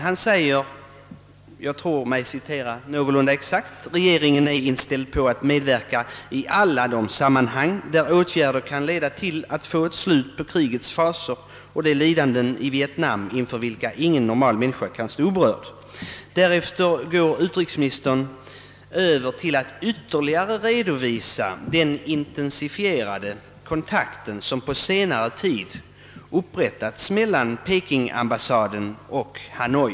Han säger — jag tror mig citera någorlunda exakt — att regeringen är inställd på att medverka i alla de sammanhang där åtgärder kan leda till att man får slut på krigets fasor och de lidanden i Vietnam, inför vilka ingen normal människa kan stå oberörd. Därefter går utrikesministern över till att ytterligare redovisa den intensifierade kontakt som på senare tid upprättats mellan svenska ambassaden i Peking och Hanoi.